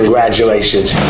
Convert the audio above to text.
Congratulations